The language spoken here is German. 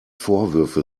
vorwürfe